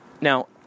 Now